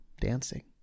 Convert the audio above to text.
dancing